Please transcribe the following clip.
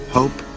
hope